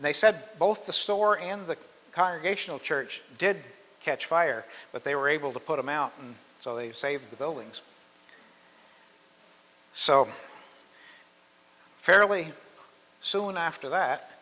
they said both the store and the congregation church did catch fire but they were able to put them out so they save the buildings so fairly soon after